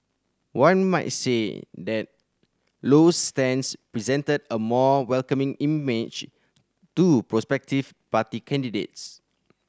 one might say that Low's stance presented a more welcoming image to prospective party candidates